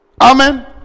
Amen